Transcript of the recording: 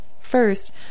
First